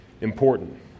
important